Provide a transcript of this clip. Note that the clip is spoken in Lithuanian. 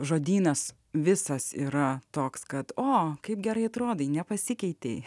žodynas visas yra toks kad o kaip gerai atrodai nepasikeitei